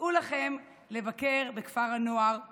סעו לכם לבקר בכפר הנוער תו"ם,